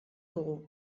dugu